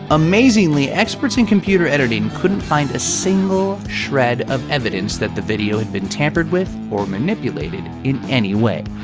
amazingly, experts in computer editing couldn't find a single shred of evidence that the video had been tampered with or manipulated in any way.